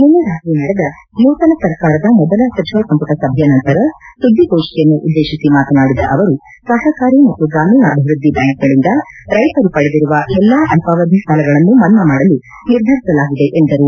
ನಿನ್ನೆ ರಾತ್ರಿ ನಡೆದ ನೂತನ ಸರ್ಕಾರದ ಮೊದಲ ಸಚಿವ ಸಂಪುಟ ಸಭೆಯ ನಂತರ ಸುದ್ಗಿಗೋಷ್ಟಿಯನ್ನು ಉದ್ಗೇತಿಸಿ ಮಾತನಾಡಿದ ಅವರು ಸಹಕಾರಿ ಮತ್ತು ಗ್ರಾಮೀಣಾಭಿವೃದ್ದಿ ಬ್ಯಾಂಕ್ಗಳಿಂದ ರೈತರು ಪಡೆದಿರುವ ಎಲ್ಲಾ ಅಲ್ಪಾವಧಿ ಸಾಲಗಳನ್ನು ಮನ್ನಾ ಮಾಡಲು ನಿರ್ಧರಿಸಲಾಗಿದೆ ಎಂದರು